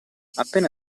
appena